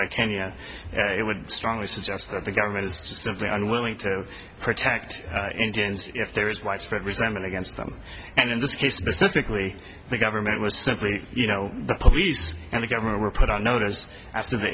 n kenya it would strongly suggest that the government is just simply unwilling to protect indians if there is widespread resentment against them and in this case specifically the government was simply you know the police and the government were put on notice after the